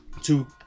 two